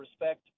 respect